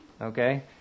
Okay